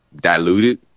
diluted